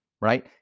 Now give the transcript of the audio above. right